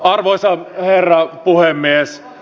arvoisa herra puhemies